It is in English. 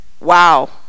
wow